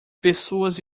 pessoas